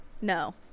no